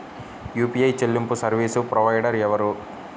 UPI చెల్లింపు service provider ఎవరు?